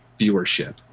viewership